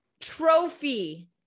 trophy